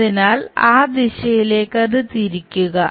അതിനാൽ ആ ദിശയിലേക്ക് അത് തിരിക്കുക